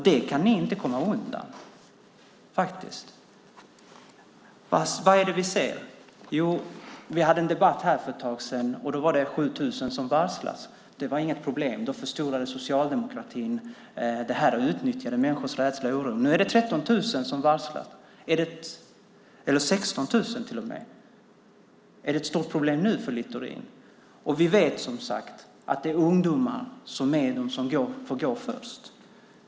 Det kan ni inte komma undan. Vad är det vi ser? För en tid sedan hade vi en debatt om att 7 000 hade varslats. Det var inget problem, tyckte ni. Det var bara socialdemokratin som förstorade det hela och utnyttjade människors rädsla och oro. Nu är det 16 000 som varslas. Är det ett stort problem nu, enligt Littorins sätt att se det? Vi vet att det är ungdomar som får gå först.